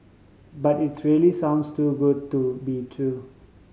but it's really sounds too good to be true